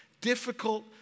difficult